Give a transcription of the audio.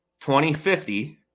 2050